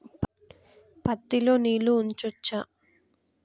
పత్తి లో నీళ్లు ఉంచచ్చా?